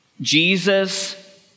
Jesus